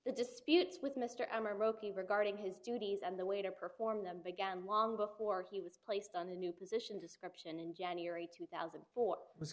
disputes with mr m r roky regarding his duties and the way to perform them began long before he was placed on the new position description in january two thousand and four was